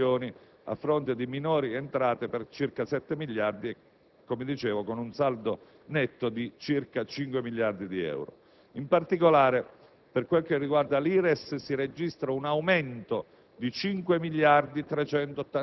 Nel complesso, si determinano maggiori entrate per 12.122 milioni, a fronte di minori entrate per circa 7.000 milioni, come dicevo, con un saldo netto di circa 5.000 milioni di euro.